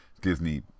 disney